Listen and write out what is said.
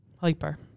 Hyper